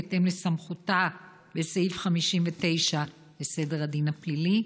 בהתאם לסמכותה בסעיף 59 לחוק סדר הדין הפלילי?